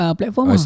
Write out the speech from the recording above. platform